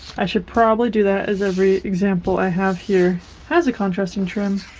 i should probably do that as every example i have here has a contrasting trim.